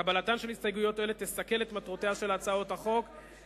קבלתן של הסתייגויות אלה תסכל את מטרותיה של הצעת החוק,